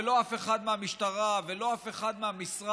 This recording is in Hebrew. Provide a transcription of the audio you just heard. ולא אף אחד מהמשטרה,